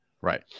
right